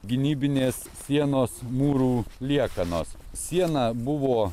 gynybinės sienos mūrų liekanos siena buvo